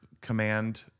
Command